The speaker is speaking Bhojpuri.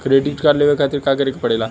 क्रेडिट कार्ड लेवे खातिर का करे के पड़ेला?